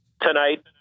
tonight